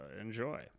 enjoy